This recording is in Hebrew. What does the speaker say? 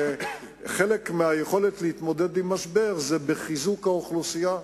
חלק מהיכולת להתמודד עם משבר זה בחיזוק האוכלוסייה,